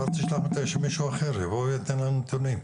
שמישהו אחר יבוא וייתן לנו נתונים.